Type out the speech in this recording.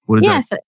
Yes